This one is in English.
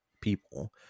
people